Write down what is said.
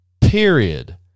Period